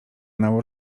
nało